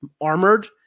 armored